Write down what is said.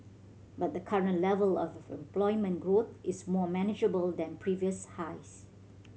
but the current level of employment growth is more manageable than previous highs